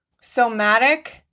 somatic